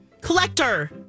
Collector